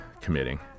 committing